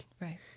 Right